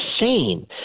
insane